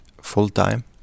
full-time